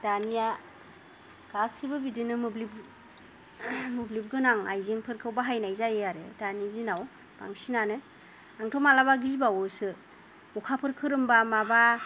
दानिया गासिबो बिदिनो मोब्लिब मोब्लिब गोनां आइजेंफोरखौ बाहायनाय जायो आरो दानि दिनाव बांसिनानो आंथ' मालाबा गिबावोसो अखाफोर खोरोमबा माबा